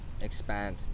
Expand